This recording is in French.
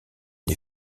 les